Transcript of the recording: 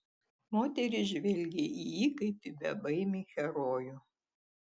moterys žvelgė į jį kaip į bebaimį herojų